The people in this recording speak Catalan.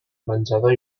menjador